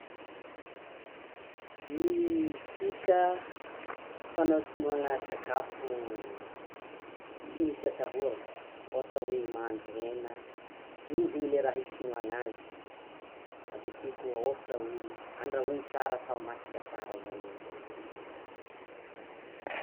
Ny fika fanatonoana sakafo tsy misy atahorana, ohatra hoe mahandro hena, diovina le raha itonoana azy, avekeo koa, ohatra hoe: andrahoina tsara atao masaka tsara zany ny.